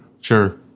sure